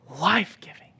life-giving